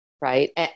right